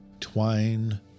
twine